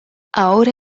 ahora